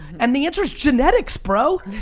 and the answer's genetics, bro.